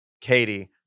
Katie